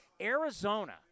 Arizona